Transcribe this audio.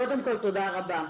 קודם כל תודה רבה.